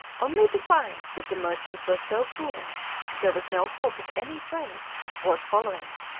only to find that the merchants were so poor that there was no hope of any trade worth following,